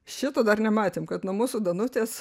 šito dar nematėm kad nuo mūsų danutės